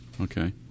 Okay